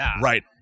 right